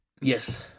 Yes